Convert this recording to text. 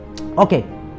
okay